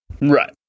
Right